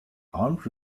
armed